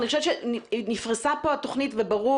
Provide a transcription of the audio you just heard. אני חושבת שנפרסה כאן התוכנית וברור